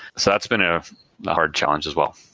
so that's been a hard challenge as well.